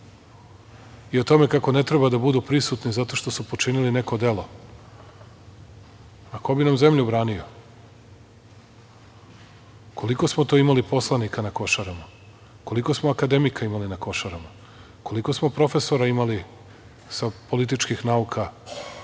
i o tome kako ne treba da budu prisutne zato što su počinile neko delo, a ko bi nam zemlju branio? Koliko smo to imali poslanika na Košarama? Koliko smo akademika imali na Košarama? Koliko smo profesora imali sa političkih nauka,